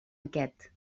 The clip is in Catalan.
aquest